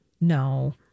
no